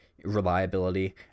reliability